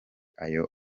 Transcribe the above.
ayo